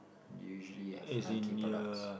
usually I have Nike products